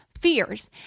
fears